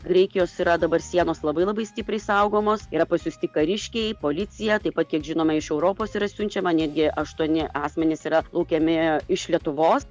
reikia jos yra dabar sienos labai labai stipriai saugomos yra pasiųsti kariškiai policija taip pat kiek žinoma iš europos yra siunčiama netgi aštuoni asmenys yra laukiami iš lietuvos